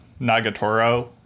Nagatoro